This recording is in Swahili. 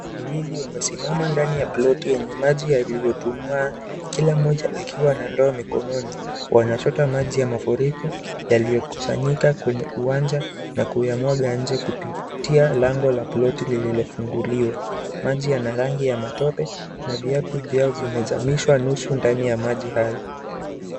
Wawili wamesimama ndani ya ploti yenye maji yaliyotuama, kila mmoja akiwa na ndoo mikononi. Wanachota maji ya mafuriko yaliyokusanyika kwenye uwanja na kuyamwaga nje kupitia lango la ploti lililofunguliwa. Maji yana rangi ya matope na viatu vyao vimezamishwa nusu ndani ya maji hayo.